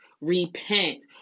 repent